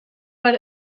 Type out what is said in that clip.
per